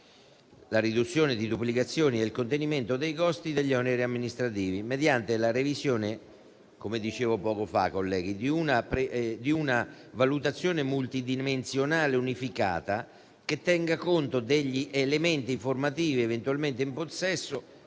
la riduzione di duplicazioni e il contenimento dei costi degli oneri amministrativi mediante la revisione, come dicevo poco fa, colleghi, di una valutazione multidimensionale unificata, che tenga conto degli elementi informativi eventualmente in possesso